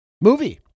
Movie